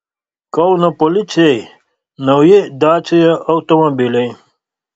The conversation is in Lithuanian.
kauno policijai nauji dacia automobiliai